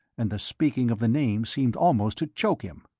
and the speaking of the name seemed almost to choke him.